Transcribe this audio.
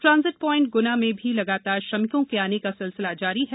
transit point ग्ना में भी लगातार श्रमिकों के आने का सिलसिला जारी है